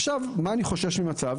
מאיזה מצב אני חושש במס"ב?